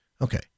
okay